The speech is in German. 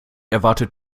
erwartet